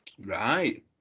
Right